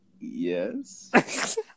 Yes